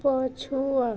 ପଛୁଆ